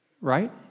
right